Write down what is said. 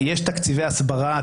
יש תקציבי הסברה,